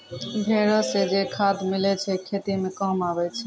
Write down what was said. भेड़ो से जे खाद मिलै छै खेती मे काम आबै छै